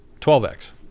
12x